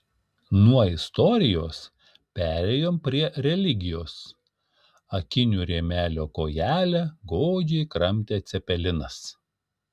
nuo istorijos perėjom prie religijos akinių rėmelio kojelę godžiai kramtė cepelinas